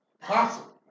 possible